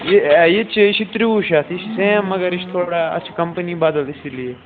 یہِ تہِ چھُ یہِ چھُ ترٛوُہ شَتھ یہِ چھِ سیم مگر یہِ چھِ تھوڑا اَتھ چھِ کمپٔنی بدل اسی لیے